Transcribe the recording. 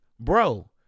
bro